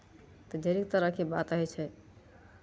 तऽ दुनू तरहसँ बात होइ छै